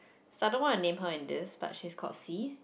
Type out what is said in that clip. so I don't want to name her in this but she's called C